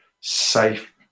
safe